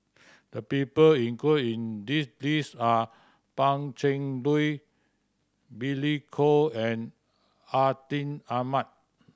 the people include in the list are Pan Cheng Lui Billy Koh and Atin Amat